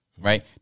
right